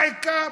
העיקר,